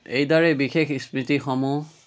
এইদৰে বিশেষ স্মৃতিসমূহ